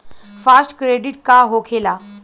Fast credit का होखेला?